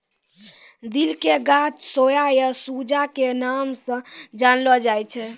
दिल के गाछ सोया या सूजा के नाम स जानलो जाय छै